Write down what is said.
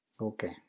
Okay